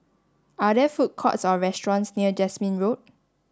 are there food courts or restaurants near Jasmine Road